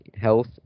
health